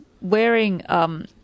wearing